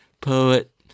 poet